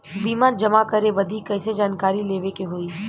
Bill जमा करे बदी कैसे जानकारी लेवे के होई?